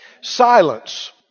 silence